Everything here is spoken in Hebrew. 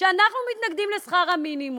שאנחנו מתנגדים לשכר המינימום,